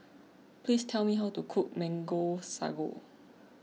please tell me how to cook Mango Sago